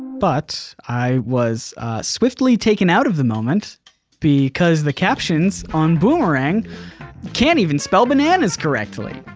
but i was swiftly taken out of the moment because the captions on boomerang can't even spell bananas correctly.